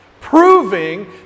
proving